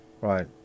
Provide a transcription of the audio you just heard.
Right